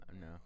No